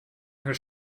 her